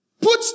put